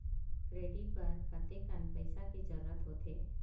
Credit बर कतेकन पईसा के जरूरत होथे?